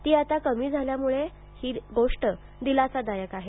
ती आता कमी झाल्यांमुळं ती बाब दिलासादायक आहे